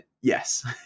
Yes